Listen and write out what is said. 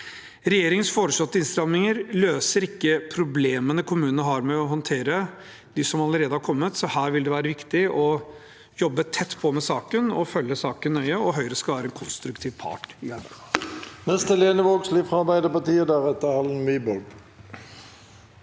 Regjeringens foreslåtte innstramminger løser ikke problemene kommunene har med å håndtere de som allerede har kommet. Så her vil det være riktig å jobbe tett med saken og følge saken nøye. Høyre skal være en konstruktiv part i det